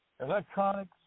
Electronics